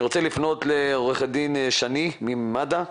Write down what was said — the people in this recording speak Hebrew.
אני רוצה לפנות לעו"ד שני ממד"א.